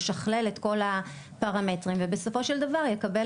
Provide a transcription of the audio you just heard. ישכלל את כל הפרמטרים ובסופו של דבר יקבל